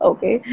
Okay